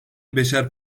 beşer